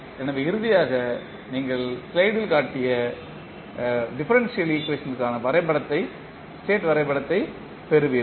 எனவே இறுதியாக நீங்கள் ஸ்லைடில் நாம் காட்டிய டிஃபரன்ஷியல் ஈக்குவேஷன்டிற்கான ஸ்டேட் வரைபடத்தைப் பெறுவீர்கள்